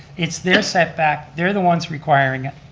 it's their setback, they're the ones requiring it,